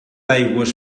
aigües